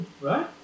Right